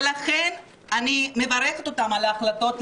ולכן אני מברכת אותם על ההחלטות,